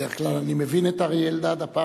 בדרך כלל אני מבין את אריה אלדד, הפעם,